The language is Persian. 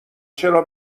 چرا